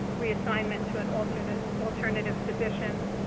reassignment to an alternative alternative position,